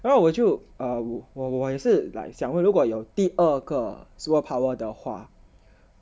然后我就 uh 我我我也是 like 想问如果有第二个 superpower 的话